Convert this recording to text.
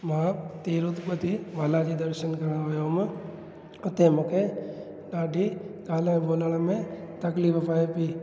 मां तिरुपति बालाजी दर्शनु करणु वियो हुअमि हुते मूंखे ॾाढी ॻाल्हाइण ॿोलाइण में तकलीफ़ पिए पेई